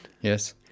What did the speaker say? Yes